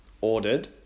ordered